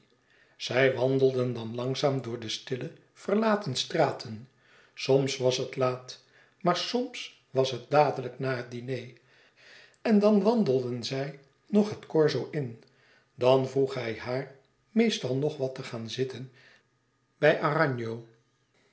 zij wandelden dan langzaam door de stille verlaten straten soms was het laat maar soms was het dadelijk nà het diner en dan wandelden zij nog het corso in dan vroeg hij haar meestal nog wat te gaan zitten bij aragno